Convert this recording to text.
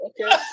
okay